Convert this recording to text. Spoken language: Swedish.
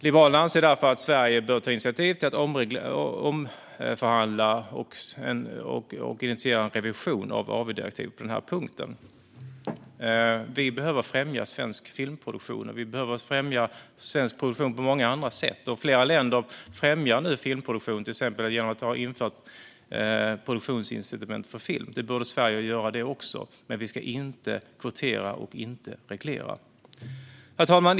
Liberalerna anser därför att Sverige bör ta initiativ till att omförhandla och initiera en revision av AV-direktivet på den här punkten. Vi behöver främja svensk filmproduktion och vi behöver främja svensk produktion på många andra sätt, och flera länder främjar nu filmproduktion till exempel genom att införa produktionsincitament för film. Det borde Sverige också göra, men vi ska inte kvotera och inte reglera. Herr talman!